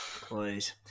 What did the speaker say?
Please